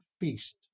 feast